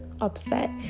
upset